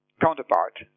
counterpart